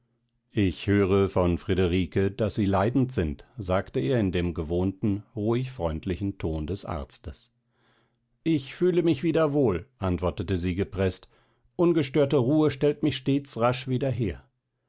ich höre von friederike daß sie leidend sind sagte er in dem gewohnten ruhig freundlichen ton des arztes ich fühle mich wieder wohl antwortete sie gepreßt ungestörte ruhe stellt mich stets rasch wieder her